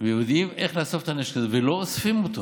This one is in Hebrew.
יודעים איך לאסוף את הנשק הזה ולא אוספים אותו